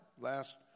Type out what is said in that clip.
Last